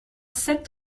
sept